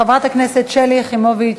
חברת הכנסת שלי יחימוביץ,